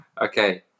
Okay